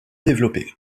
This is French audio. développé